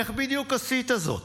איך בדיוק עשית זאת?